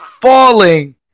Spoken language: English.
falling